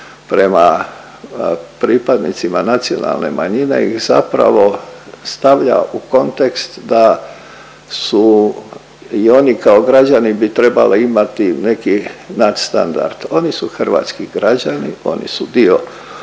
prema pripadnicima nacionalne manjine ih zapravo stavlja u kontekst da su i oni kao građani bi trebali imati neki nadstandard, oni su hrvatski građani, oni su dio